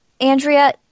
Andrea